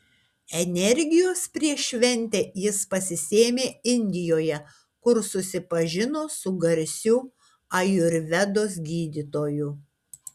energijos prieš šventę jis pasisėmė indijoje kur susipažino su garsiu ajurvedos gydytoju